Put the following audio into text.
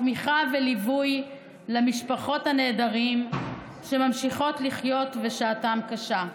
ולתמיכה וליווי למשפחות הנעדרים שממשיכות לחיות בשעתן הקשה.